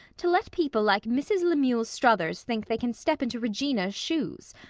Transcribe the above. to let people like mrs. lemuel struthers think they can step into regina's shoes.